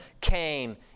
came